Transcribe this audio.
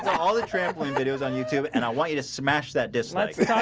all the trampoline videos on youtube and i want you to smash that dyslexic guys